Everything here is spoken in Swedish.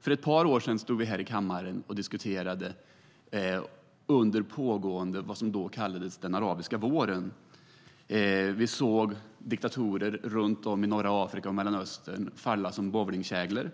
För ett par år sedan stod vi här i kammaren och diskuterade - vad som då kallades - den pågående arabiska våren. Vi såg diktatorer i norra Afrika och Mellanöstern falla som bowlingkäglor.